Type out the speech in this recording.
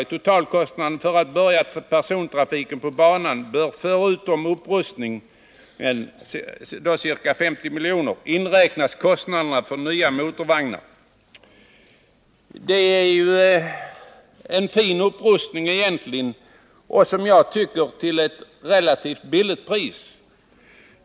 I totalkostnaden för att börja persontrafik på banan bör förutom upprustningen — ca 50 milj.kr. —- inräknas kostnader för nya motorvagnar. Det är egentligen en fin upprustning till ett, som jag tycker, relativt billigt pris.